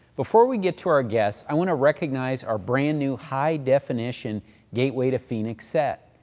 before we get to our guests, i want to recognize our brand-new high-definition gateway to phoenix set.